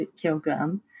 kilogram